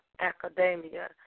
Academia